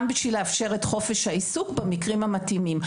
כדי לאפשר את חופש העיסוק במקרים המתאימים,